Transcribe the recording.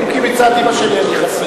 אם כי מצד אימא שלי אני חסיד.